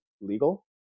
legal